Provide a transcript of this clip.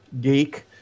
geek